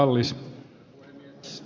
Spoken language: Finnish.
herra puhemies